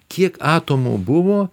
kiek atomų buvo